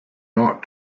not